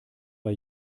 bei